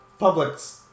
Publix